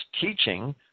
teaching